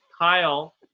Kyle